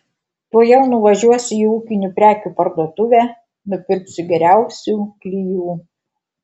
tuojau nuvažiuosiu į ūkinių prekių parduotuvę nupirksiu geriausių klijų